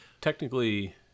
Technically